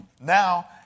now